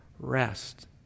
rest